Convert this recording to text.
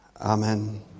Amen